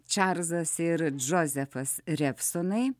čarlzas ir džozefas revsonai